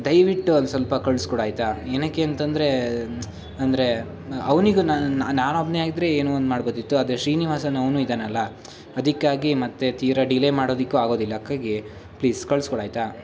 ದಯವಿಟ್ಟು ಅದು ಸ್ವಲ್ಪ ಕಳ್ಸ್ಕೊಡು ಆಯಿತಾ ಏನಕ್ಕೆ ಅಂತಂದರೆ ಅಂದರೆ ಅವ್ನಿಗೂ ನಾನು ಒಬ್ನೇ ಆಗಿದ್ರೆ ಏನೋ ಒಂದು ಮಾಡ್ಬೋದಿತ್ತು ಆದರೆ ಶ್ರೀನಿವಾಸನ್ ಅವ್ನೂ ಇದ್ದಾನಲ್ಲ ಅದಕ್ಕಾಗಿ ಮತ್ತು ತೀರಾ ಡೀಲೇ ಮಾಡೋದಕ್ಕೂ ಆಗೋದಿಲ್ಲ ಅದಕ್ಕಾಗಿ ಪ್ಲೀಸ್ ಕಳ್ಸ್ಕೊಡು ಆಯಿತಾ